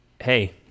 hey